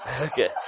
Okay